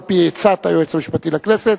על-פי עצת היועץ המשפטי לכנסת,